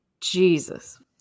jesus